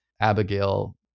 abigail